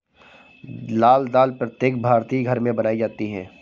लाल दाल प्रत्येक भारतीय घर में बनाई जाती है